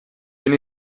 den